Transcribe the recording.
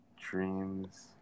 dreams